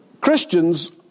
Christians